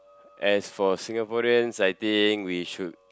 as for Singaporeans I think we should